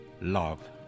love